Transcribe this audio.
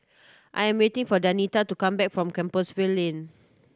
I'm waiting for Danita to come back from Compassvale Lane